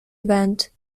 event